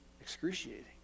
excruciating